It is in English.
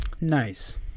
Nice